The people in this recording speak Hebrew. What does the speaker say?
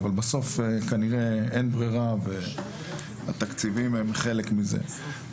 אבל בסוף כנראה אין ברירה והתקציבים הם חלק מזה.